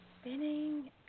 spinning